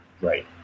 Right